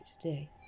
today